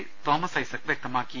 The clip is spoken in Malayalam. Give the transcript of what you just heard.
എം തോമസ് ഐസക് വൃക്തമാക്കി